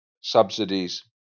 subsidies